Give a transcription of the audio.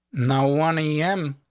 no one a m.